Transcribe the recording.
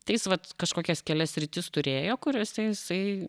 tai jis vat kažkokias kelias sritis turėjo kuriose jisai